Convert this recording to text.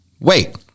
wait